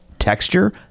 Texture